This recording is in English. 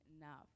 enough